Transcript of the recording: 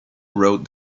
wrote